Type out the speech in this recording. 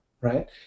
right